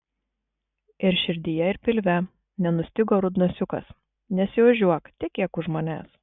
ir širdyje ir pilve nenustygo rudnosiukas nesiožiuok tekėk už manęs